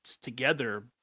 together